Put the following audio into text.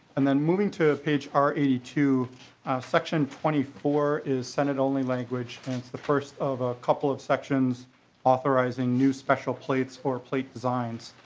and then moving to page r eighty two section twenty four is senate only language and it's the first of a couple of sections authorizing the special plates for plate designs.